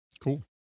cool